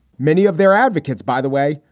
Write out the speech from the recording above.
many of their advocates, by the way,